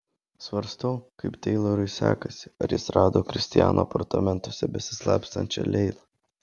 svarstau kaip teilorui sekasi ar jis rado kristiano apartamentuose besislapstančią leilą